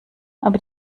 aber